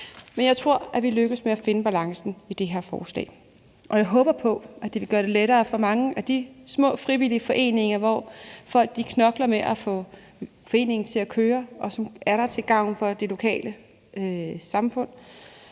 Men jeg tror, at vi er lykkedes med at finde balancen i det her forslag. Og jeg håber på, at det vil gøre det lettere for mange af de små frivillige foreninger, hvor folk knokler med at få foreningen til at køre, og som er der til gavn for det lokale samfund,